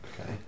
Okay